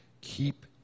Keep